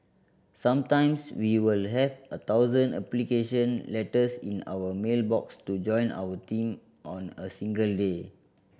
sometimes we will have a thousand application letters in our mail box to join our team on a single day